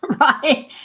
right